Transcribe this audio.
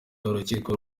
urukiko